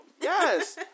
Yes